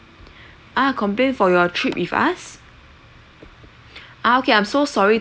ah complaint for your trip with us ah okay I'm so sorry